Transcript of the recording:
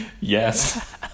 yes